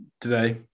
today